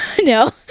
No